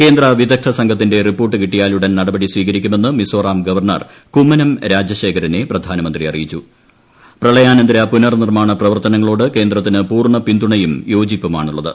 കേന്ദ്ര വിദഗ്ദ്ധ സംഘത്തിന്റെ റിപ്പോർട്ട് കിട്ടിയാലുടൻ നടപടി സ്വീകരിക്കുമെന്ന് മിസോറ്റ് ഗ്ലീപ്പർണർ കുമ്മനം രാജശേഖരനെ പ്രധാനമന്ത്രി അറിയിച്ചു് പ്രിളയാനന്തര പുനർ നിർമ്മാണ പ്രവർത്തനങ്ങളോട് ക്രേന്ദ്രത്തിന് പൂർണ്ണ പിന്തുണയും യോജിപ്പുമാണുള്ളത്